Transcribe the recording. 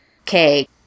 Okay